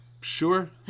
Sure